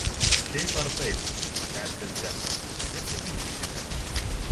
šiaip ar taip tęsė zekas nesiginčykime